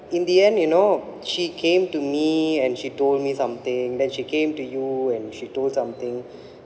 in the end you know she came to me and she told me something then she came to you and she told something